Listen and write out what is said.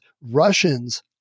Russians